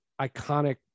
iconic